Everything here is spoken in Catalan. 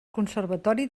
conservatori